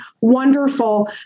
wonderful